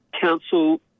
Council